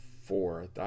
Four